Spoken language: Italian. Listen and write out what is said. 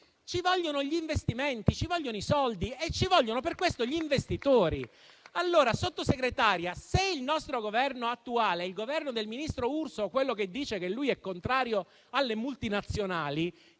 ci vogliono gli investimenti, ci vogliono i soldi e ci vogliono, per questo, gli investitori. Signora Sottosegretaria, se il nostro Governo attuale è il Governo del ministro Urso, quello che dice di essere contrario alle multinazionali,